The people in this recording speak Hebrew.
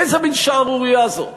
איזה מין שערורייה זאת?